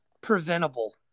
preventable